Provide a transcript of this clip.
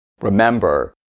Remember